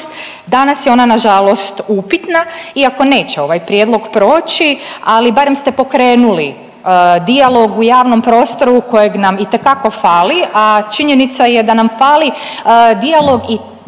Danas je ona nažalost upitna iako neće ovaj prijedlog proći, ali barem ste pokrenuli dijalog u javnom prostoru kojeg nam itekako fali, a činjenica je da nam fali dijalog i